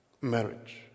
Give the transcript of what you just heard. marriage